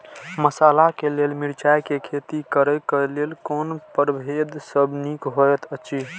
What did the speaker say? मसाला के लेल मिरचाई के खेती करे क लेल कोन परभेद सब निक होयत अछि?